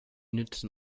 nützen